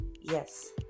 yes